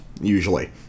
usually